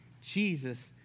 Jesus